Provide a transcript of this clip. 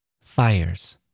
Fires